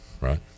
right